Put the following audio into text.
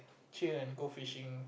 chill and go fishing